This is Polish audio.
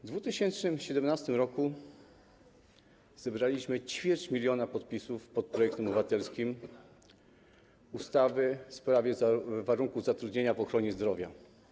W 2017 r. zebraliśmy ćwierć miliona podpisów pod projektem obywatelskim ustawy w sprawie warunków zatrudnienia w ochronie zdrowia.